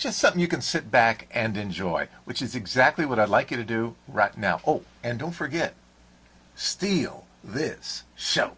just something you can sit back and enjoy which is exactly what i'd like you to do right now and don't forget steal this show